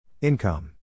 Income